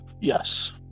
Yes